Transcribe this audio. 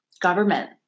government